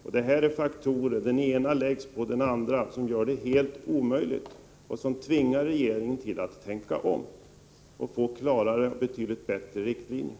Detta är faktorer — den ena läggs på den andra — som gör det helt omöjligt att planera och som tvingar regeringen att tänka om och få fram klarare och betydligt bättre riktlinjer.